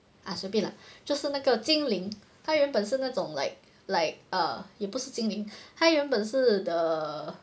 ah 随便 lah 就是那个精灵他原本是那种 like um like err 也不是精灵他原本是 the